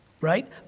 right